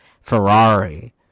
Ferrari